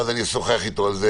ואז אשוחח על זה